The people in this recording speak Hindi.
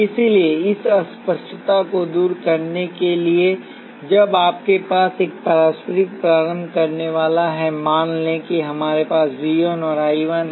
इसलिए इस अस्पष्टता को दूर करने के लिए जब आपके पास एक पारस्परिक प्रारंभ करने वाला है मान लें कि हमारे पास V 1 और I 1 है